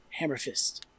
Hammerfist